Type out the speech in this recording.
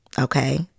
okay